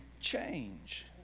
change